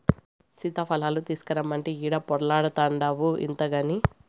సీతాఫలాలు తీసకరమ్మంటే ఈడ పొర్లాడతాన్డావు ఇంతగని